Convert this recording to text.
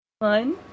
one